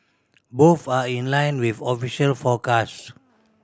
both are in line with official forecasts